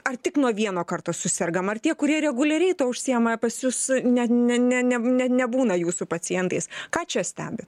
ar tik nuo vieno karto susergam ar tie kurie reguliariai tuo užsiima ir pas jus ne ne ne ne nebūna jūsų pacientais ką čia stebit